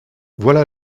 voilà